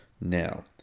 now